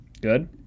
good